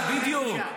אגדה בדיוק.